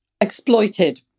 exploited